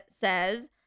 says